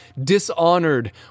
dishonored